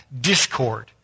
discord